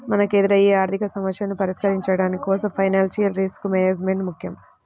మనకెదురయ్యే ఆర్థికసమస్యలను పరిష్కరించుకోడానికి ఫైనాన్షియల్ రిస్క్ మేనేజ్మెంట్ ముక్కెం